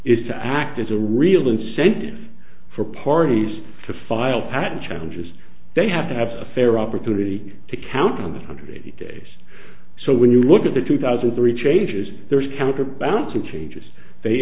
is to act as a real incentive for parties to file patent challenges they have to have a fair opportunity to count on one hundred eighty days so when you look at the two thousand rechange is there's counterbalancing changes they